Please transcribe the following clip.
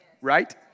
Right